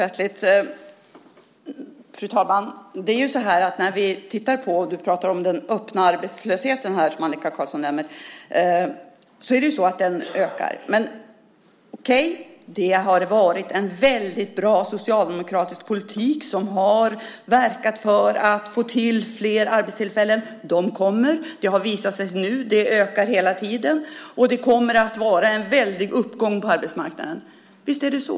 Fru talman! När vi tittar på den öppna arbetslösheten, som Annika Qarlsson nämner, ser vi att den ökar. Men det har varit en väldigt bra socialdemokratisk politik som har verkat för att få till flera arbetstillfällen. De kommer. Det har visat sig nu. De ökar hela tiden. Det kommer att vara en väldig uppgång på arbetsmarknaden. Visst är det så.